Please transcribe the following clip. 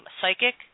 psychic